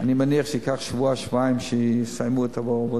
אני מניח שזה ייקח שבוע-שבועיים עד שיסיימו את העבודה.